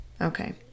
okay